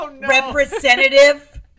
representative